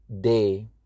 day